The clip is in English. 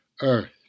Earth